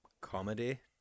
comedy